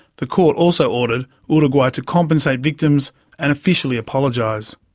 the court also ordered uruguay to compensate victims and officially apologise.